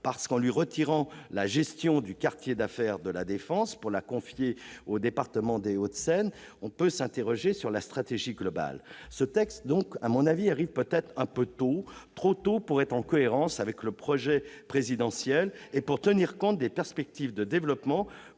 car on lui retire la gestion du quartier d'affaires de La Défense pour la confier au département des Hauts-de-Seine. On peut s'interroger sur la stratégie globale qui préside à ces décisions. Ce texte arrive donc peut-être un peu trop tôt. Trop tôt pour être en cohérence avec les projets présidentiels et pour tenir compte des perspectives de développement